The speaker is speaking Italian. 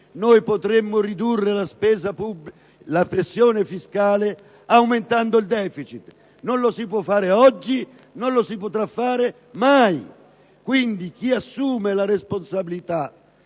anni potremo ridurre la pressione fiscale aumentando il deficit: non lo si può fare oggi e non lo si potrà fare mai! Quindi, chi assume la responsabilità